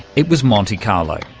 it was monte carlo,